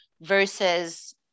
versus